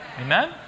Amen